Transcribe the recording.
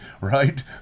right